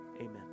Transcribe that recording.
amen